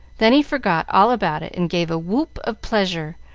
then he forgot all about it and gave a whoop of pleasure,